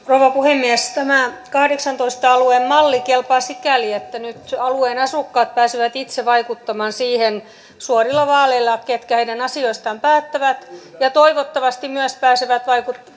rouva puhemies tämä kahdeksaantoista alueen malli kelpaa sikäli että nyt alueen asukkaat pääsevät itse vaikuttamaan suorilla vaaleilla siihen ketkä heidän asioistaan päättävät ja toivottavasti myös pääsevät